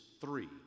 three